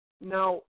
now